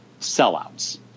sellouts